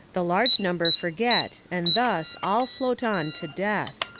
the large number forget, and thus, all float on to death.